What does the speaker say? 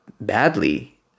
badly